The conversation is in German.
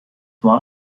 war